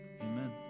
Amen